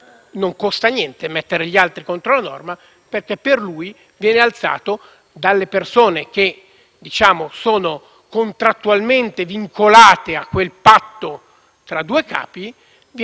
che sono contrattualmente vincolate a quel patto tra due capi uno scudo che li difende. Tutte queste questioni davvero meriterebbero